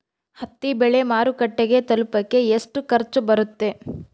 ಹತ್ತಿ ಬೆಳೆ ಮಾರುಕಟ್ಟೆಗೆ ತಲುಪಕೆ ಎಷ್ಟು ಖರ್ಚು ಬರುತ್ತೆ?